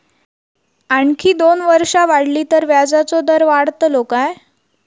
आणखी दोन वर्षा वाढली तर व्याजाचो दर वाढतलो काय?